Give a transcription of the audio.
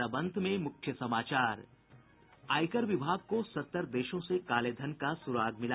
और अब अंत में मुख्य समाचार आयकर विभाग को सत्तर देशों से कालेधन का सुराग मिला